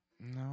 No